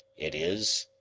it is,